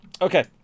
Okay